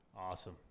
awesome